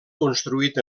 construït